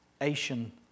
Asian